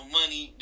money